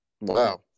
Wow